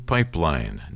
Pipeline